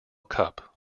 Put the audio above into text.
cup